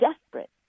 desperate